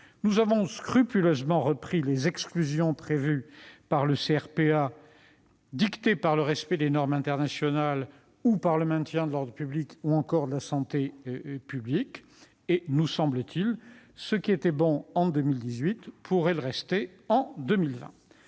Nous avons scrupuleusement repris les exclusions prévues par le CRPA et dictées par le respect des normes internationales, par le maintien de l'ordre public ou encore par la santé publique. Il nous semble que ce qui était bon en 2018 pourrait le rester en 2020.